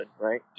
right